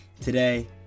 Today